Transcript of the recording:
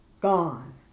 gone